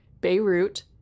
beirut